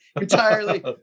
entirely